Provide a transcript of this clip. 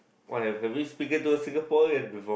why have have you speaken to a Singaporean before